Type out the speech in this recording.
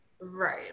Right